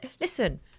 Listen